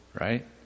right